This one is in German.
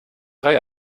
reihe